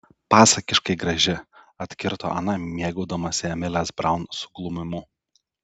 pasakiškai graži atkirto ana mėgaudamasi emilės braun suglumimu